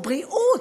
בריאות,